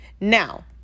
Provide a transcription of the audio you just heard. Now